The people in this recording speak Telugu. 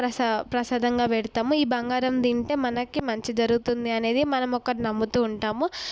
ప్రసా ప్రసాదంగా పెడతాము ఈ బంగారం తింటే మనకి మంచి జరుగుతుంది అనేది మనము ఒకటి నమ్ముతూ ఉంటాము